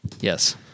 Yes